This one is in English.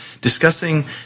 discussing